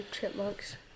chipmunks